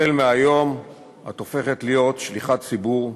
החל מהיום את הופכת להיות שליחת ציבור,